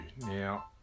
Now